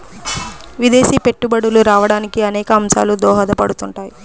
విదేశీ పెట్టుబడులు రావడానికి అనేక అంశాలు దోహదపడుతుంటాయి